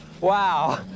Wow